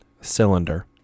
Cylinder